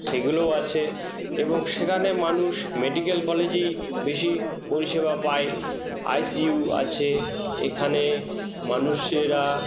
সেগুলোও আছে এবং সেখানে মানুষ মেডিকেল কলেজেই বেশি পরিষেবা পায় আই সি ইউ আছে এখানে মানুষেরা